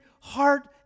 heart